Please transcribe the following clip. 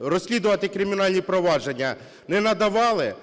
розслідувати кримінальні провадження, не надавали?